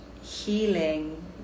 healing